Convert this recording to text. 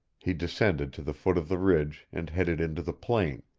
he descended to the foot of the ridge and headed into the plain,